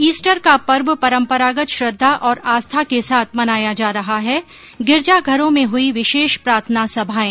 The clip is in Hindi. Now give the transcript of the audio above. ईस्टर का पर्व परम्परागत श्रद्धा और आस्था के साथ मनाया जा रहा है गिरिजाघरों में हुई विशेष प्रार्थना समाएं